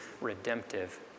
redemptive